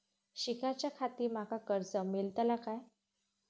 शिकाच्याखाती माका कर्ज मेलतळा काय?